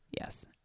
Yes